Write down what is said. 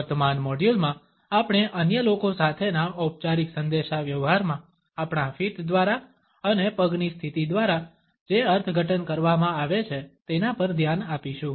વર્તમાન મોડ્યુલમાં આપણે અન્ય લોકો સાથેના ઔપચારિક સંદેશાવ્યવહાર માં આપણા ફીટ દ્વારા અને પગની સ્થિતિ દ્વારા જે અર્થઘટન કરવામાં આવે છે તેના પર ધ્યાન આપીશું